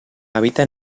habita